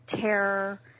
terror